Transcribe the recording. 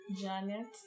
Janet